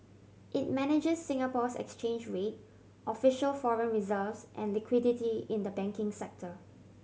it manage Singapore's exchange rate official foreign reserves and liquidity in the banking sector